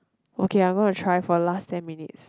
okay I'm gonna try for last ten minutes